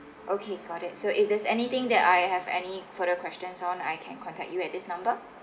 okay got it so if there's anything that I have any further questions on I can contact you at this number